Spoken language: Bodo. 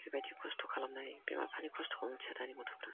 बेबायदि खस्थ' खालामनानै बिमा बिफानि खस्थ'खौ मिथिया दानि गथ'फ्रा